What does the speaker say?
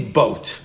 boat